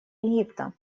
египта